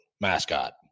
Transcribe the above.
mascot